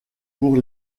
pour